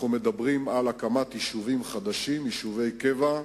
אנחנו מדברים על הקמת יישובים חדשים, יישובי קבע,